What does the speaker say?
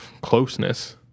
closeness